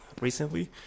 recently